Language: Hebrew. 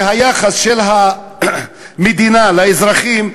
היחס של המדינה לאזרחים,